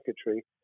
secretary